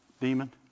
demon